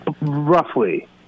roughly